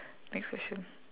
next question